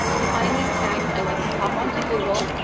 to find these tags, i like to hop onto google,